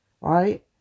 right